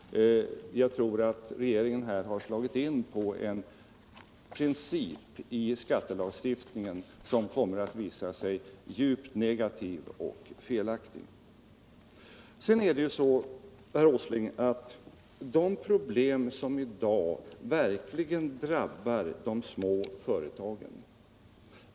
Jag tror att regeringen här har slagit in på en princip i skattelagstiftningen, som kommer att visa sig djupt negativ och felaktig. Vidare är det ju så, herr Åsling, att regeringen inte gör någonting åt de problem som i dag verkligen drabbar de små företagen.